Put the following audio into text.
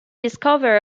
discover